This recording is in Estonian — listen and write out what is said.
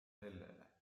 sellele